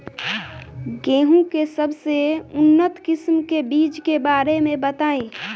गेहूँ के सबसे उन्नत किस्म के बिज के बारे में बताई?